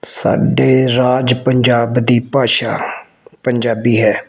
ਸਾਡੇ ਰਾਜ ਪੰਜਾਬ ਦੀ ਭਾਸ਼ਾ ਪੰਜਾਬੀ ਹੈ